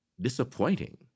disappointing